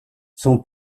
son